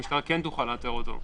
המשטרה כן תוכל לאתר אותו.